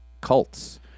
cults